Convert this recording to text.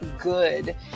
good